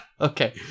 Okay